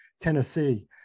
Tennessee